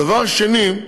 דבר שני,